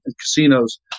casinos